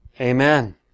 Amen